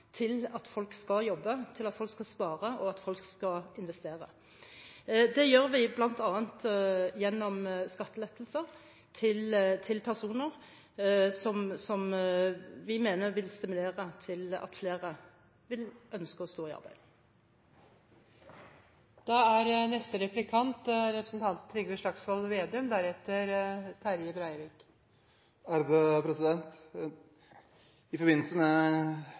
til at folk skal jobbe, til at folk skal spare, og til at folk skal investere. Det gjør vi bl.a. gjennom skattelettelser til personer, som vi mener vil stimulere til at flere vil ønske å stå i arbeid. I forbindelse med